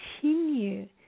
continue